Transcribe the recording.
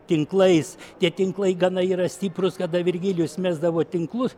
tinklais tie tinklai gana yra stiprūs kada virgilijus mesdavo tinklus